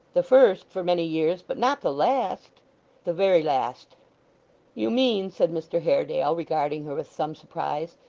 the first for many years, but not the last the very last you mean said mr haredale, regarding her with some surprise,